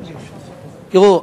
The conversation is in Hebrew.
תראו,